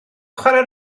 chwarae